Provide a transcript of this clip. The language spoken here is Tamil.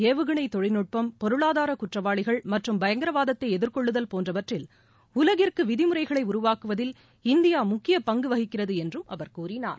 ஏவுகணைதொழிலநுட்பம் பருவநிலைமாற்றம் பொருளாதாரகுற்றவாளிகள் மற்றம் பயங்கரவாதத்தைஎதிர்கொள்ளுதல் போன்றவற்றில் உலகிற்குவிதிமுறைகளைஉருவாக்குவதில் இந்தியாமுக்கிய பங்குவகிக்கிறதுஎன்றும் அவர் கூறினார்